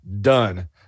Done